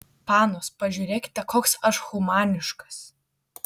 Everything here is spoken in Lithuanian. panos pažiūrėkite koks aš humaniškas